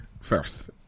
first